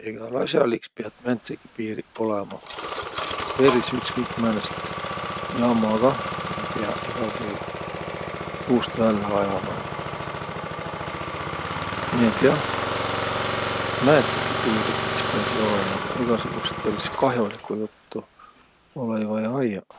Egäl as'al iks piät määntsegi piiriq olõma. Peris ütskõik määnest jamma kah ei piäq egäl puul suust vällä ajama. Nii et jah, määntsegi piiriq iks piäsiq olõma. Egäsugust peris kah'olikku juttu olõ-õi vaia ajjaq.